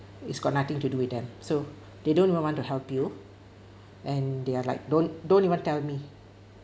it's got nothing to do with them so they don't even want to help you and they are like don't don't even tell me